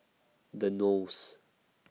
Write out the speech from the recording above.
The Knolls